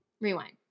rewind